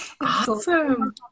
awesome